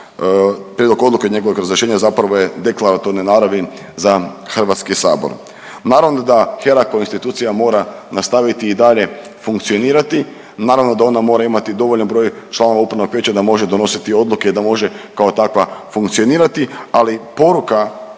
prijedlog odluke njegovog razrješenja zapravo je deklaratorne naravi za Hrvatski sabor. Naravno da HERA kao institucija mora nastaviti i dalje funkcionirati, naravno da ona mora imati dovoljan broj članova upravnog vijeća da može donositi odluke i da može kao takva funkcionirati, ali poruka